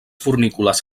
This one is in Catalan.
fornícules